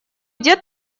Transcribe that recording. дед